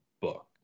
book